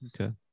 Okay